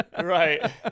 Right